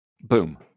boom